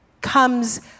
comes